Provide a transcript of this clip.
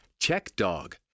CheckDog